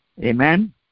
Amen